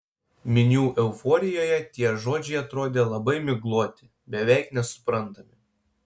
minių euforijoje tie žodžiai atrodė labai migloti beveik nesuprantami